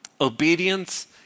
Obedience